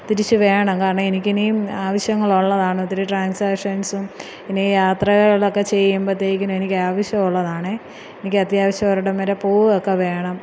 തിരിച്ചു വേണം കാരണം എനിക്ക് ഇനിയും ആവിശ്യങ്ങളുള്ളതാണ് ഒത്തിരി ട്രാൻസാക്ഷൻസും ഇനി യാത്രകളക്ക ചെയ്യുമ്പഴ്ത്തേക്ക്നും എനിക്ക് ആവിശ്യമുള്ളതാണ് എനിക്ക് അത്യാവിശ്യം ഒരിടം വരെ പോകുകയൊക്കെ വേണം